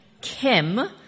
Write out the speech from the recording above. Kim